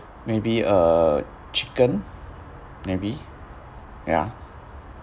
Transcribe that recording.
maybe uh chicken maybe ya